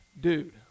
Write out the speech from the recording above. dude